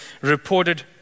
reported